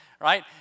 right